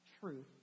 truth